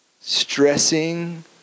stressing